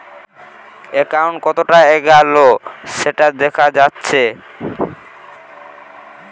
account কতোটা এগাল সেটা দেখা যাচ্ছে